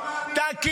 לא מאמינים לשופטים.